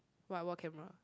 what what camera